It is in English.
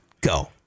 go